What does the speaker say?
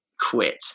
quit